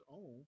own